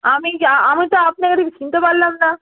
আমি যা আমি তো আপনাকে ঠিক চিনতে পারলাম না